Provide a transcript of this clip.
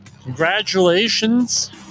Congratulations